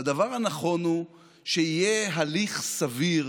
והדבר הנכון הוא שיהיה הליך סביר